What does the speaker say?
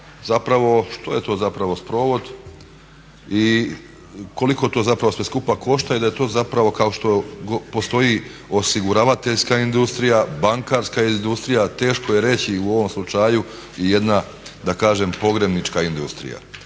zapravo što je to zapravo sprovod i koliko to zapravo sve skupa košta i da je to zapravo kao što postoji osiguravateljska industrijska, bankarska industrija teško je reći u ovom slučaju i jedna da kažem pogrebnička industrija.